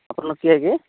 ଆପଣ କିଏ କି